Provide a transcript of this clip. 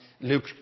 Luke